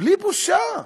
בלי בושה,